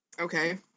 Okay